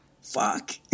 Fuck